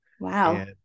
Wow